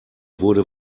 wurde